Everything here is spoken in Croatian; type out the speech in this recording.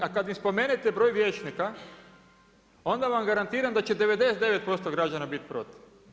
A kada im spomenete broj vijećnika onda vam garantiram da će 99% građana biti protiv.